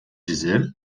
dizer